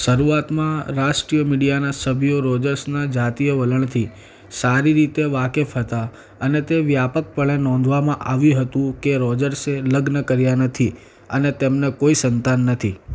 શરૂઆતમાં રાષ્ટ્રીય મીડિયાના સભ્યો રોજર્સના જાતીય વલણથી સારી રીતે વાકેફ હતા અને તે વ્યાપકપણે નોંધવામાં આવ્યું હતું કે રોજર્સે લગ્ન કર્યા નથી અને તેમને કોઈ સંતાન નથી